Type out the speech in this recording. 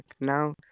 now